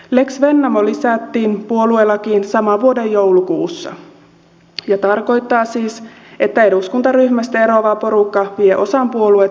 lex vennamo lisättiin puoluelakiin saman vuoden joulukuussa ja tarkoittaa siis että eduskuntaryhmästä eroava porukka vie osan puoluetuesta mukanaan